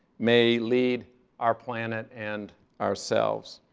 may lead our planet and ourselves.